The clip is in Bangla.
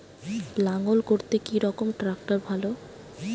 লাঙ্গল করতে কি রকম ট্রাকটার ভালো?